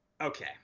okay